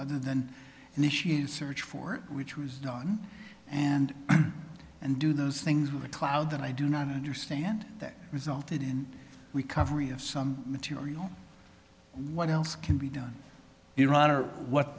other than initiate a search for which was known and and do those things were a cloud that i do not understand that resulted in recovery of some material what else can be done in iran or what